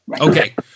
Okay